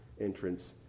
entrance